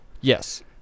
Yes